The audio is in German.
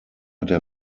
der